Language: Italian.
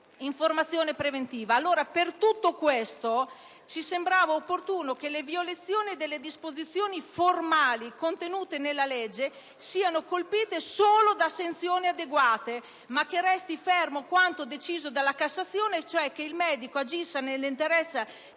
l'informazione preventiva non era adeguata. Per tutto questo, ci sembrava opportuno che le violazioni delle disposizioni formali contenute nella legge siano colpite solo da sanzioni adeguate, ma che resti fermo quanto deciso dalla Cassazione, cioè che il medico agisca nell'interesse